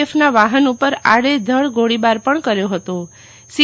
F નાં વાહન ઉપર આડેધડ ગોળીબાર પણ કર્યો હતો સી